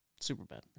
Superbad